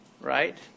Right